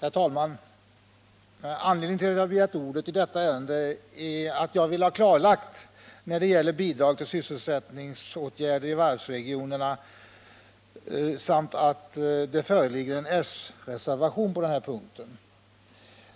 Herr talman! Anledningen till att jag begärt ordet i detta ärende är att jag vill ha läget klarlagt när det gäller bidrag till sysselsättningsåtgärder inom varvsregionerna samt att det föreligger en s-reservation på denna punkt.